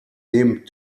dem